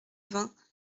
vingts